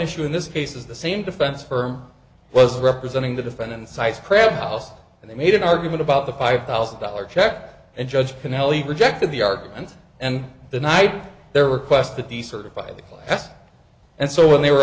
issue in this case is the same defense firm was representing the defendant sides crabgrass and they made an argument about the five thousand dollars check and judge finale rejected the argument and the night their requests to decertify the class and so when they were